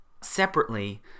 separately